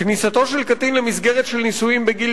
כניסתו של קטין למסגרת של נישואין בגיל